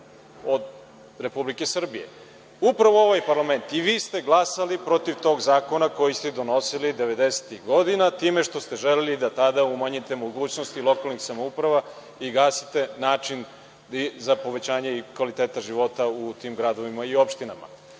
Republici Srbiji. Upravo ovaj parlament, i vi ste glasali protiv tog zakona koji ste donosili 90-ih godina time što ste želeli tada da umanjite mogućnosti lokalnim samoupravama i gasite način za povećanje kvaliteta života u tim gradovima i opštinama. Godine